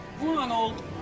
Ronald